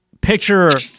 picture